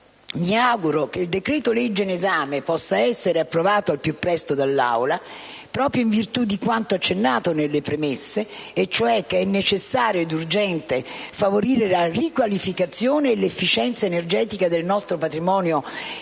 mi auguro che il decreto-legge in esame possa essere convertito al più presto dall'Aula, proprio in virtù di quanto accennato nelle premesse, e cioè che è necessario ed urgente favorire la riqualificazione e l'efficienza energetica del nostro patrimonio